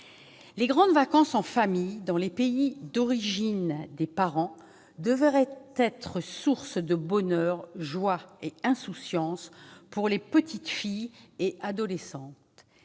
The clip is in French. Les grandes vacances en famille dans les pays d'origine des parents devraient être source de bonheur, de joie et d'insouciance pour les petites filles et les adolescentes.